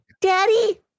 Daddy